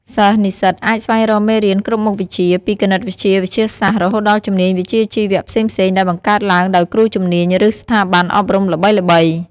សិស្សនិស្សិតអាចស្វែងរកមេរៀនគ្រប់មុខវិជ្ជា ពីគណិតវិទ្យា វិទ្យាសាស្ត្រ រហូតដល់ជំនាញវិជ្ជាជីវៈផ្សេងៗ ដែលបង្កើតឡើងដោយគ្រូជំនាញ ឬស្ថាប័នអប់រំល្បីៗ។